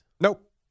Nope